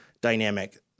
dynamic